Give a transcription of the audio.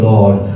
Lord